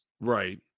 Right